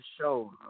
show